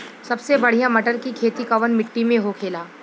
सबसे बढ़ियां मटर की खेती कवन मिट्टी में होखेला?